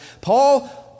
Paul